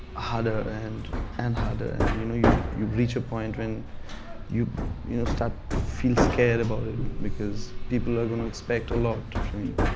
ah harder and and harder. and you know you you reach a point when you you know start to feel scared about it, because people are going to expect a lot from you.